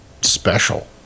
special